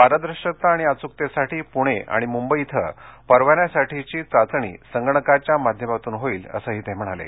पारदर्शकता आणि अचूकतेसाठी पृणे आणि मृंबई इथं परवान्यासाठीची चाचणी संगणकाच्या माध्यमातून होईल असंही गडकरी यांनी सांगितलं